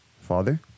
father